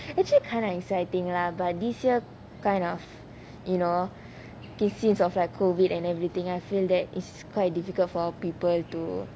actually kind of exciting lah but this year kind of you know since of like COVID and everything I feel that it's quite difficult for people to